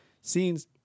scenes